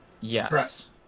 Yes